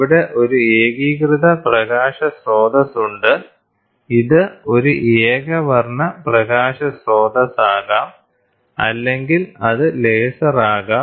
ഇവിടെ ഒരു ഏകീകൃത പ്രകാശ സ്രോതസ്സുണ്ട് ഇത് ഒരു ഏകവർണ്ണ പ്രകാശ സ്രോതസ്സാകാം അല്ലെങ്കിൽ അത് ലേസർ ആകാം